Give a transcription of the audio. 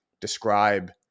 describe